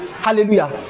Hallelujah